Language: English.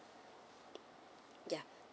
ya